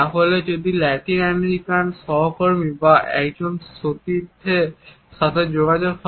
তাকে যদি Latin American সহকর্মী বা একজন সতীর্থের সাথে যোগাযোগ করতে হয়